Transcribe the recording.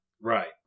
Right